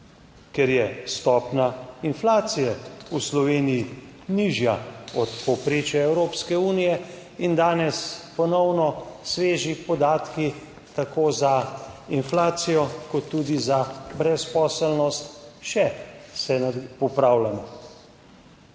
Ker je stopnja inflacije v Sloveniji nižja od povprečja Evropske unije in danes ponovno sveži podatki tako za inflacijo kot tudi za brezposelnost, še se popravljamo.